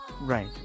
Right